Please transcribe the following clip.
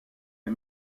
les